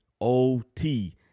OT